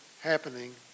happening